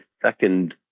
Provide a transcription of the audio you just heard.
second